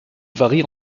varie